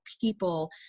people